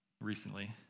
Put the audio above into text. recently